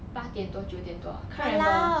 八点多九点多 ah can't remember